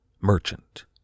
merchant